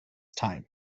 time